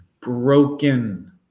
broken